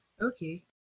Okay